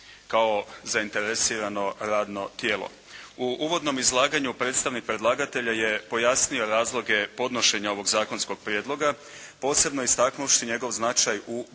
U uvodnom izlaganju predstavnik predlagatelja je pojasnio razloge podnošenja ovoga zakonskog prijedloga posebno istaknuvši njegov značaj u borbi